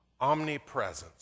omnipresence